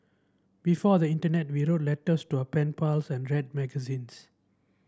before the internet we wrote letters to our pen pals and read magazines